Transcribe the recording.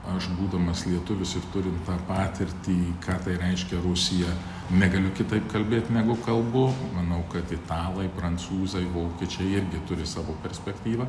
aš būdamas lietuvis ir turim patirtį ką tai reiškia rusija negaliu kitaip kalbėt negu kalbu manau kad italai prancūzai vokiečiai irgi turi savo perspektyvą